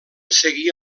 seguir